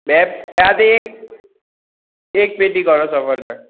બે હા તે એક એક પેટી કરો સફરજન